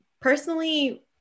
Personally